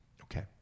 Okay